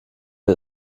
wir